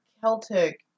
Celtic